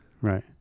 right